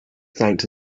thanked